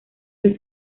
del